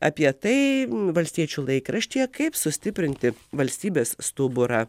apie tai valstiečių laikraštyje kaip sustiprinti valstybės stuburą